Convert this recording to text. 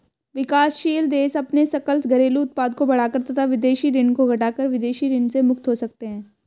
विकासशील देश अपने सकल घरेलू उत्पाद को बढ़ाकर तथा विदेशी ऋण को घटाकर विदेशी ऋण से मुक्त हो सकते हैं